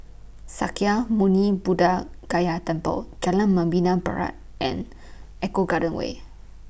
Sakya Muni Buddha Gaya Temple Jalan Membina Barat and Eco Garden Way